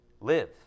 live